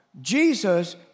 Jesus